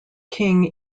king